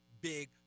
Big